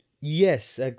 Yes